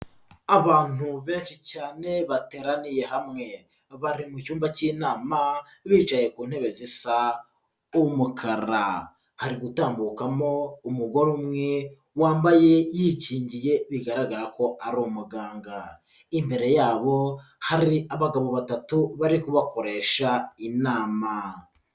Abantu benshi cyane bateraniye hamwe bari mu cyumba cy'inama bicaye ku ntebe zisa umukara, hari gutambukamo umugore umwe wambaye yikingiye bigaragara ko ari umuganga, imbere yabo hari abagabo batatu bariho bakoresha inama.